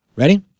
Ready